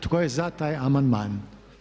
Tko je za taj amandman?